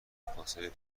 فاصله